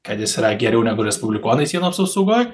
kad jis yra geriau negu respublikonai sienos apsaugoj